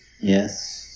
Yes